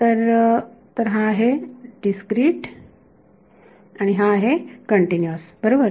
तर तर हा आहे डीस्क्रीट आणि हा आहे कंटीन्यूअस बरोबर